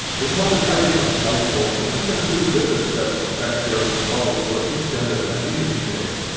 this mod is highly customizable and you can choose different sets of textures and models for each gender and even each race.